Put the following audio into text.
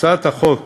להצעת החוק